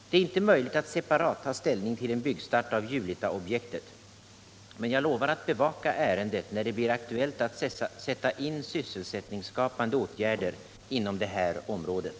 Det är inte möjligt att separat ta ställning till en byggstart av Julitaobjektet, men jag lovar att bevaka ärendet när det blir aktuellt att sätta in sysselsättningsskapande åtgärder inom det aktuella området.